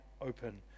open